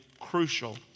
crucial